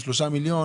ושלושה מיליון